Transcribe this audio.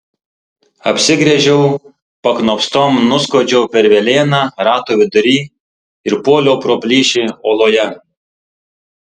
apsigręžiau paknopstom nuskuodžiau per velėną rato vidury ir puoliau pro plyšį uoloje